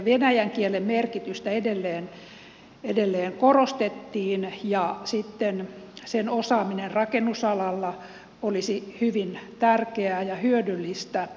venäjän kielen merkitystä edelleen korostettiin ja sen osaaminen rakennusalalla olisi hyvin tärkeää ja hyödyllistä